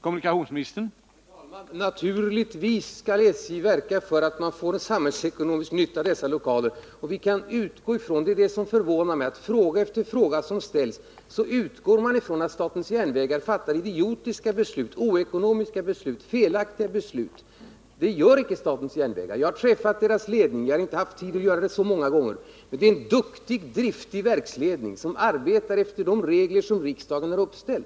Herr talman! Naturligtvis skall SJ verka för att man får samhällsekonomisk nytta av dessa lokaler. Det förvånar mig att man i fråga efter fråga som ställs utgår från att statens järnvägar fattar idiotiska beslut, ockonomiska beslut, felaktiga beslut. Det gör icke statens järnvägar. Jag har träffat dess ledning, och även om jag inte har haft tid att göra det så många gånger vet jag att det är en duktig, driftig verksledning, som arbetar efter de regler som riksdagen har uppställt.